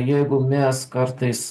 jeigu mes kartais